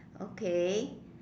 okay